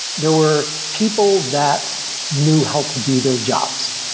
there were people that knew how to do their jobs.